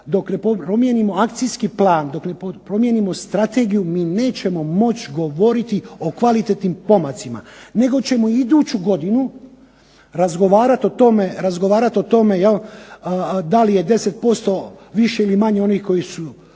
dok ne promijenimo akcijski plan, dok ne promijenimo strategiju mi nećemo moći govoriti o kvalitetnim pomacima, nego ćemo iduću godinu razgovarati o tome da li je 10% više ili manje onih koji su